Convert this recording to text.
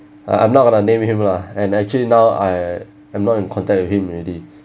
uh I'm not going to name him lah and actually now I I'm not in contact with him already